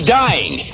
dying